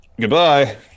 Goodbye